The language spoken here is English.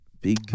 Big